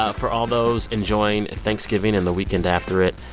ah for all those enjoying thanksgiving and the weekend after it,